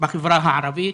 החברה הערבית.